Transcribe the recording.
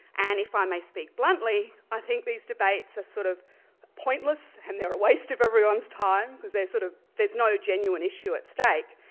and if ah i may speak bluntly, i think these debates are sort of pointless and they're a waste of everyone's time, because sort of there's no genuine issue at stake,